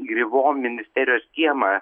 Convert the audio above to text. grivo ministerijos kiemą